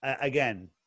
Again